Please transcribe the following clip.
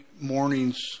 morning's